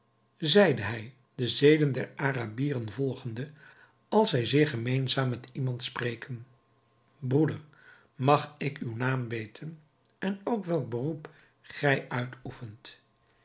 zeide hij de zeden der arabieren volgende als zij zeer gemeenzaam met iemand spreken broeder mag ik uw naam weten en ook welk beroep gij uitoefent